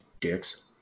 dicks